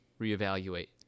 reevaluate